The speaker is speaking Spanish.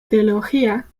teología